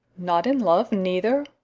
not in love neither?